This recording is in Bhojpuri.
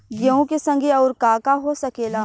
गेहूँ के संगे अउर का का हो सकेला?